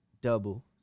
double